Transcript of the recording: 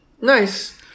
Nice